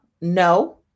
no